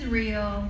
real